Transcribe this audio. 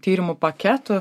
tyrimų paketų